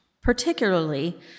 particularly